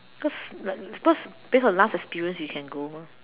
cause like cause based on last experience you can go mah